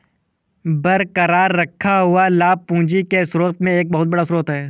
बरकरार रखा हुआ लाभ पूंजी के स्रोत में एक बहुत बड़ा स्रोत है